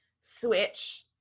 switch